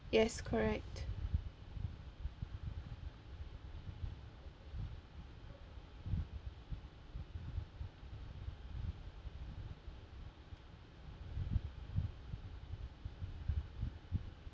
yes correct